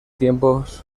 tiempos